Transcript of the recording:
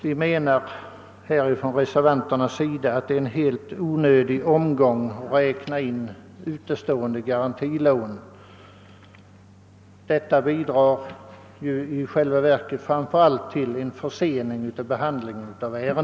Vi reservanter menar att det innebär en helt onödig omgång att räkna in utestående garantilån. Detta bidrar i själva verket till en försening av ärendenas behandling.